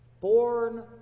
born